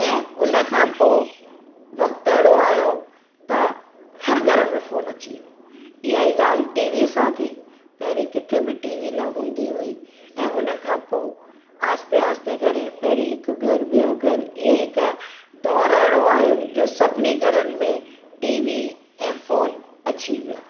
ऐं उनखां पोइ वक़्तु अहिड़ो आयो त हर घर में फ़ोन अची वियो इहेई ॻाल्हि टीवी सां थी पहिरीं किथे बि टीवी न हूंदी हुई ऐं उनखां पोइ आहिस्ते आहिस्ते करे पहिरें हिकु घर ॿियो घर ईअं हिकु दौर अहिड़ो आयो जो सभिनी घरनि में टीवी ऐं फ़ोन अची विया